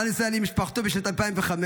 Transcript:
הוא עלה לישראל עם משפחתו בשנת 2005,